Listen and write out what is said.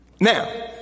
Now